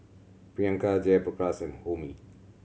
Priyanka Jayaprakash and Homi